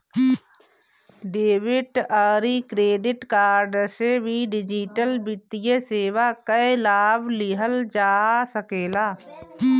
debit अउरी credit card से भी डिजिटल वित्तीय सेवा कअ लाभ लिहल जा सकेला